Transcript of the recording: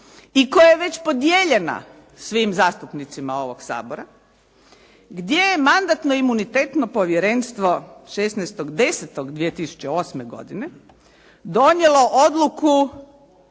i koja je već podijeljena svim zastupnicima ovog Sabora gdje je Mandatno-imunitetno povjerenstvo 16.10.2008. godine donijelo odluku